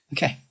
Okay